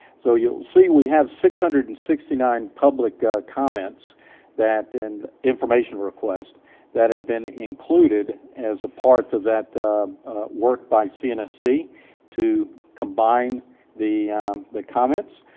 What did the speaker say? so you'll see we have six hundred and sixty nine public comments that, and information requests that have been included as a part of that work by cnsc to combine the the comments.